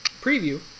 preview